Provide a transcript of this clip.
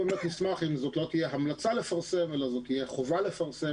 נשמח אם זאת לא תהיה המלצה לפרסם אלא זאת חובה לפרסם,